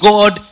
God